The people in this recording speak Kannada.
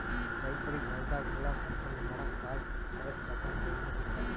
ರೈತರಿಗ್ ಹೊಲ್ದಾಗ ಹುಳ ಕಂಟ್ರೋಲ್ ಮಾಡಕ್ಕ್ ಭಾಳ್ ಥರದ್ ರಾಸಾಯನಿಕ್ ಎಣ್ಣಿ ಸಿಗ್ತಾವ್